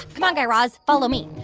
come on, guy raz. follow me.